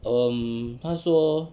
um 她说